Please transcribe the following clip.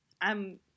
I'm-